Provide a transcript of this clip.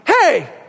hey